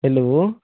hello